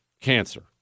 cancer